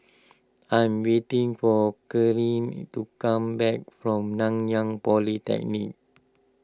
I am waiting for Kerri to come back from Nanyang Polytechnic